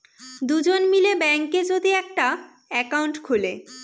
দুজন মিলে ব্যাঙ্কে যদি একটা একাউন্ট খুলে